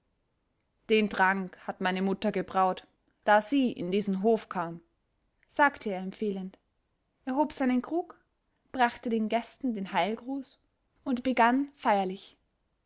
den trank hat meine mutter gebraut da sie in diesen hof kam sagte er empfehlend er hob seinen krug brachte den gästen den heilgruß und begann feierlich